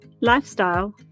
lifestyle